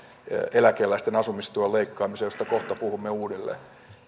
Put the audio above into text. eläkeläisten asumistuen leikkaamisesta josta kohta puhumme uudelleen